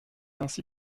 ainsi